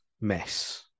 mess